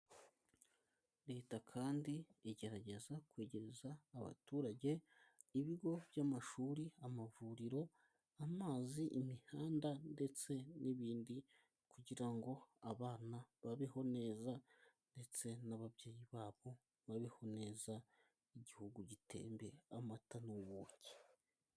Leta kandi igerageza kwegereza abaturage ibigo by'amashuri, amavuriro, amazi, imihanda ndetse n'ibindi, kugira ngo abana babeho neza, ndetse n'ababyeyi babo babeho neza igihugu gitembe amata n'ubuntu.